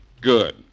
Good